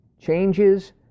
changes